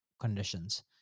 conditions